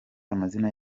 amazina